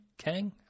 Kang